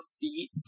feet